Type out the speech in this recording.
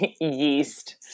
Yeast